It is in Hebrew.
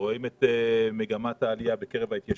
רואים את מגמת העלייה בקרב ההתיישבות,